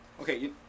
okay